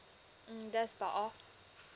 um that's about all